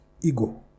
ego